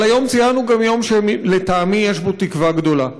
אבל היום ציינו גם יום שלטעמי שי בו תקווה גדולה,